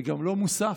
וגם לא מוסף,